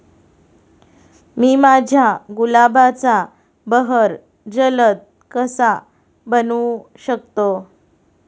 मी माझ्या गुलाबाचा बहर जलद कसा बनवू शकतो?